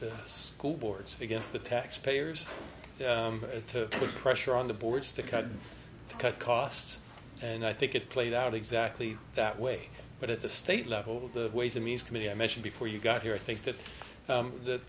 the school boards against the taxpayers to put pressure on the boards to cut to cut costs and i think it played out exactly that way but at the state level the ways and means committee i mentioned before you got here i think that